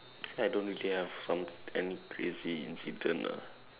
actually I don't really have some any crazy incidents ah